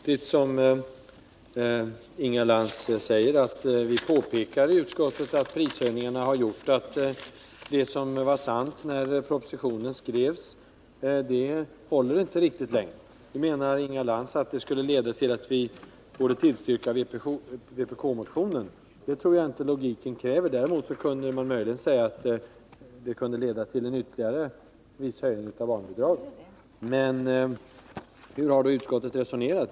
Herr talman! Det är rätt som Inga Lantz säger, att utskottet påpekar att prishöjningarna har gjort att vad som var sant när propositionen skrevs det håller inte riktigt längre. Nu menar Inga Lantz att det skulle leda till att vi borde tillstyrka vpk-motionen. Det tror jag inte logiken kräver. Däremot kan man möjligen säga att det kunde leda till en viss ytterligare höjning av barnbidragen. Men hur har då utskottet resonerat?